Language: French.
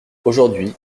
aujourd’hui